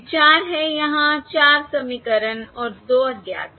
विचार है यहां 4 समीकरण और 2 अज्ञात हैं